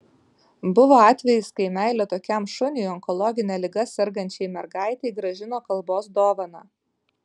buvo atvejis kai meilė tokiam šuniui onkologine liga sergančiai mergaitei grąžino kalbos dovaną